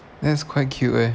that's quite cute eh